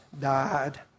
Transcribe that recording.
died